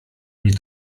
mnie